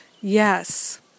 Yes